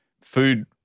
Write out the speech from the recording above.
food